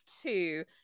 two